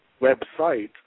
website